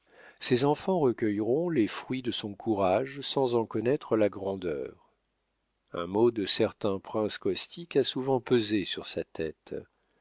ses enfants recueilleront les fruits de son courage sans en connaître la grandeur un mot de certain prince caustique a souvent pesé sur sa tête